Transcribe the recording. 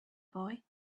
boy